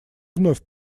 вновь